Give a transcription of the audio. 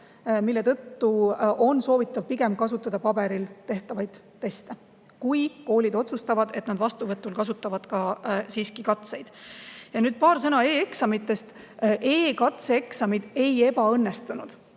ei ole. Seega on soovitatav pigem kasutada paberil tehtavaid teste, kui koolid otsustavad, et nad vastuvõtul kasutavad siiski katseid. Ja nüüd paar sõna e-eksamitest. E-katseeksamid ei ebaõnnestunud.